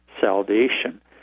salvation